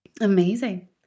Amazing